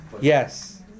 Yes